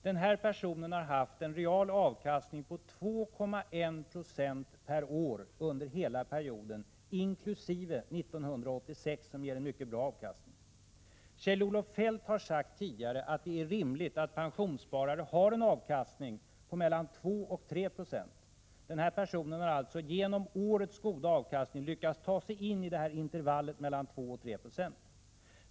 Denna person har haft en real avkastning på 2,1 20 per år under hela perioden, inkl. 1986 som ger en mycket bra avkastning. Kjell-Olof Feldt har sagt tidigare att det är rimligt att pensionssparare har en avkastning på 2-3 20. Denna person har alltså genom årets goda avkastning lyckats ta sig in i detta intervall på 2-3 96.